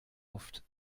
oft